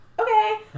Okay